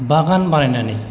बागान बानायनानै